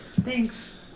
thanks